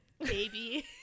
baby